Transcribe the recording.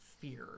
fear